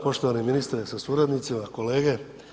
Poštovani ministre sa suradnicima, kolege.